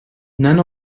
none